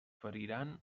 feriran